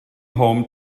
home